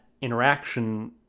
interaction